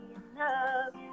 enough